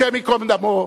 השם ייקום דמו.